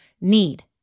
need